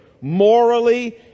morally